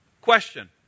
Question